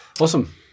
Awesome